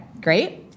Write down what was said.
great